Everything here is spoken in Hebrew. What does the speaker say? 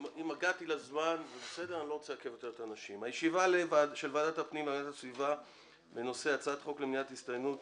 ועדת הפנים והגנת הסביבה בנושא: הצעת חוק למניעת הסתננות,